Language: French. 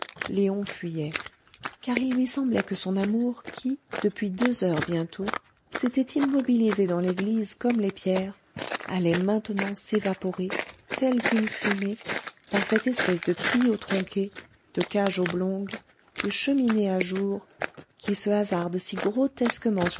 léon fuyait car il lui semblait que son amour qui depuis deux heures bientôt s'était immobilisé dans l'église comme les pierres allait maintenant s'évaporer telle qu'une fumée par cette espèce de tuyau tronqué de cage oblongue de cheminée à jour qui se hasarde si